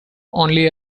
only